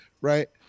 right